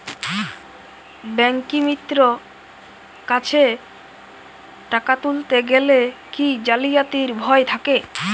ব্যাঙ্কিমিত্র কাছে টাকা তুলতে গেলে কি জালিয়াতির ভয় থাকে?